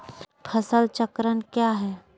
फसल चक्रण क्या है?